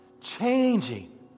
changing